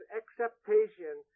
acceptation